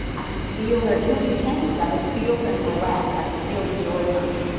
i can feel their energy change, i can feel them relax, i can feel the joy come in.